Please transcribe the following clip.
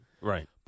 right